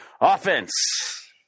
Offense